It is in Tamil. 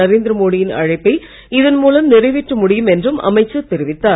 நரேந்திர மோடியின் அழைப்பை இதன் மூலம் நிறைவேற்ற முடியும் என்றும் அமைச்சர் தெரிவித்தார்